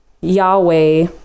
Yahweh